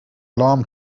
alarm